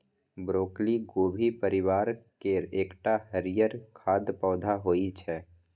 broccoli गोभी परिवार केर एकटा हरियर खाद्य पौधा होइ छै